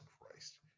Christ